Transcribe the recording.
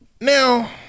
Now